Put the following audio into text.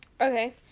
Okay